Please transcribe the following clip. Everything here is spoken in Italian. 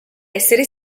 essere